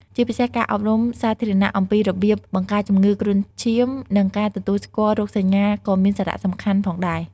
ជាពិសេសការអប់រំសាធារណៈអំពីរបៀបបង្ការជំងឺគ្រុនឈាម និងការទទួលស្គាល់រោគសញ្ញាក៏មានសារៈសំខាន់ផងដែរ។